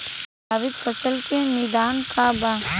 प्रभावित फसल के निदान का बा?